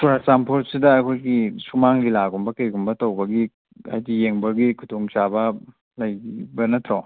ꯆꯨꯔꯥꯆꯥꯟꯄꯨꯔꯁꯤꯗ ꯑꯩꯈꯣꯏꯒꯤ ꯁꯨꯃꯥꯡ ꯂꯤꯂꯥꯒꯨꯝꯕ ꯀꯩꯒꯨꯝꯕ ꯇꯧꯕꯒꯤ ꯍꯥꯏꯗꯤ ꯌꯦꯡꯕꯒꯤ ꯈꯨꯗꯣꯡ ꯆꯥꯕ ꯂꯩꯕ ꯅꯠꯇ꯭ꯔꯣ